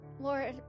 Lord